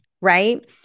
right